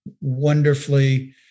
wonderfully